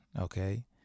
okay